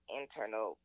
internal